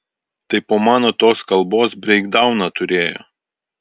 tai po mano tos kalbos breikdauną turėjo